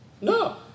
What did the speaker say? No